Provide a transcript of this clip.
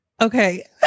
Okay